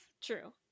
true